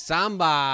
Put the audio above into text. Samba